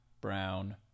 brown